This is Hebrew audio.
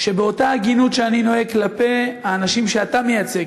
שבאותה הגינות שאני נוהג כלפי האנשים שאתה מייצג,